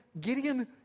Gideon